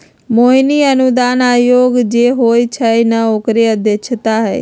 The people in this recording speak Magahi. मोहिनी अनुदान आयोग जे होई छई न ओकरे अध्यक्षा हई